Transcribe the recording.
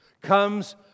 comes